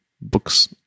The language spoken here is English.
books